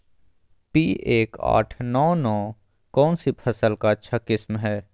P एक आठ नौ नौ कौन सी फसल का अच्छा किस्म हैं?